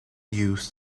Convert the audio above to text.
used